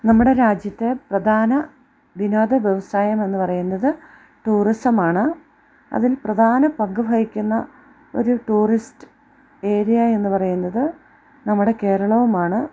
നമ്മുടെ രാജ്യത്തെ പ്രധാന വിനോദ വ്യവസായം എന്നു പറയുന്നത് ടൂറിസം ആണ് അതിൽ പ്രധാന പങ്കുവഹിക്കുന്ന ഒരു ടൂറിസ്റ്റ് ഏരിയ എന്നു പറയുന്നത് നമ്മുടെ കേരളവുമാണ്